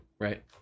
Right